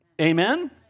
Amen